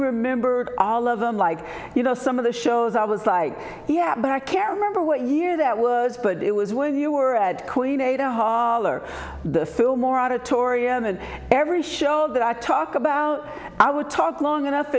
remembered all of them like you know some of the shows i was like yeah but i can't remember what year that was but it was when you were at queen a town hall or the fillmore auditorium and every show that i talk about i would talk long enough